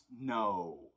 No